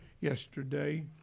yesterday